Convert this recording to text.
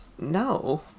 No